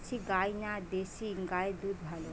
Jersey গাই না দেশী গাইয়ের দুধ ভালো?